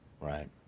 Right